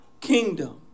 kingdom